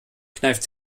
kneift